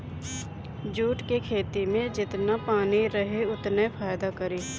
jute के खेती में जेतना पानी रही ओतने फायदा करी